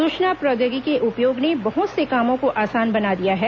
सूचना प्रौद्योगिकी के उपयोग ने बहत से कामों को आसान बना दिया है